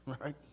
right